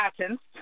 patents